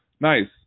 Nice